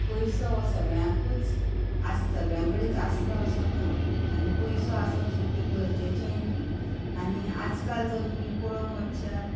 पयसो हो सगळ्यांकूच आयज सगळ्यां कडेन आसता असो ना आनी पयसो आसप सारकें गरजेचेंय बी आनी आयज काल जर तुमी पळोवंक वचशात